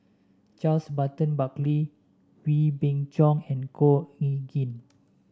Charles Burton Buckley Wee Beng Chong and Khor Ean Ghee